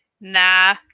Nah